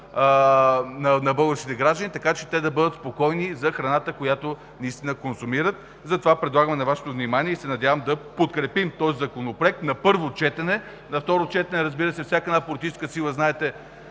на българските граждани, така че те да бъдат спокойни за храната, която наистина консумират. Затова го предлагаме на Вашето внимание и се надявам да подкрепим този законопроект на първо четене. Разбира се, на второ четене всяка една политическа сила може